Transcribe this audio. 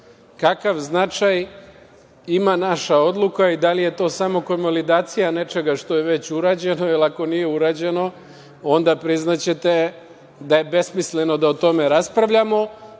značaj ima naša odluka i da li je to samo kolmolidacija nečega što je već urađeno, jel ako nije urađeno, onda, priznaćete, da je besmisleno, da o tome raspravljamo,